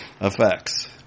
effects